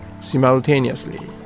simultaneously